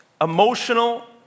emotional